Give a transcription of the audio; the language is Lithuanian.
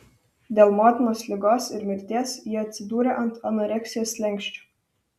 dėl motinos ligos ir mirties ji atsidūrė ant anoreksijos slenksčio